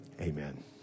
amen